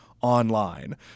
online